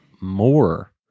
more